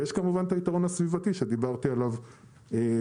ויש כמובן את היתרון הסביבתי, שדיברתי עליו קודם.